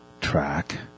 track